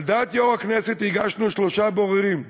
על דעת יושב-ראש הכנסת הגשנו שלושה בוררים,